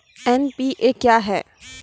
NPA क्या हैं?